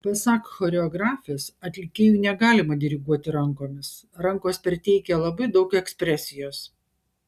pasak choreografės atlikėjui negalima diriguoti rankomis rankos perteikia labai daug ekspresijos